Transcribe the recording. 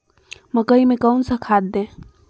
मकई में कौन सा खाद दे?